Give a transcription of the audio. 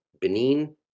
Benin